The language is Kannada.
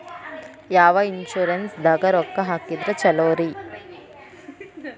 ಯಾವ ಇನ್ಶೂರೆನ್ಸ್ ದಾಗ ರೊಕ್ಕ ಹಾಕಿದ್ರ ಛಲೋರಿ?